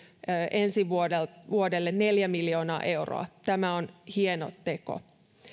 ensi vuodelle vuodelle neljä miljoonaa euroa tämä on hieno teko